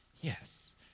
Yes